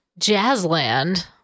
Jazzland